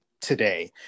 Today